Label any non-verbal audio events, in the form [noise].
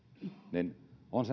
niin on [unintelligible]